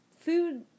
food